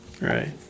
Right